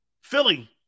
Philly